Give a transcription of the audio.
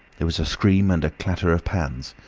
there was a scream and a clatter of pans.